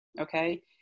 okay